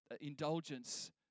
indulgence